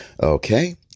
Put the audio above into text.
Okay